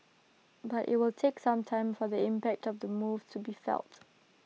but IT will take some time for the impact of the move to be felt